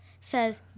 says